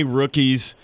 rookies